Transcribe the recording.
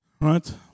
Right